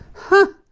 huh,